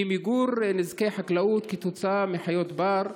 היא מיגור נזקי חקלאות כתוצאה מחיות בר.